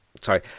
Sorry